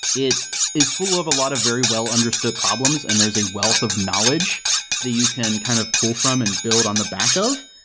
it is full of a lot of very well understood problems and there's a wealth of knowledge the you can kind of pull from and build on the back of,